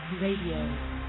Radio